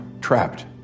trapped